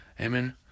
Amen